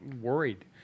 worried